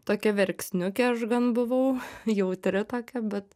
tokia verksniukė aš gan buvau jautri tokia bet